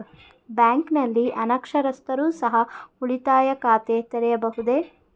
ಬ್ಯಾಂಕಿನಲ್ಲಿ ಅನಕ್ಷರಸ್ಥರು ಸಹ ಉಳಿತಾಯ ಖಾತೆ ತೆರೆಯಬಹುದು?